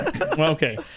okay